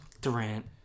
Durant